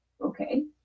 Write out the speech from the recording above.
Okay